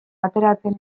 ateratzen